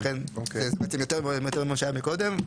ולכן זה יהיה ספציפי יותר מאשר שהיה קודם.